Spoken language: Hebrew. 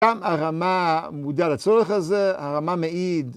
גם הרמה מודעה לצורך הזה, הרמה מעיד.